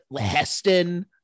Heston